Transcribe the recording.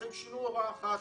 אז הם שינו הוראה אחת: